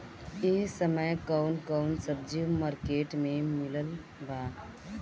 इह समय कउन कउन सब्जी मर्केट में मिलत बा?